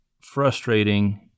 frustrating